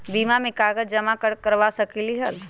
बीमा में कागज जमाकर करवा सकलीहल?